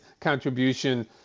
contribution